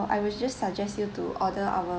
I will just suggest you to order our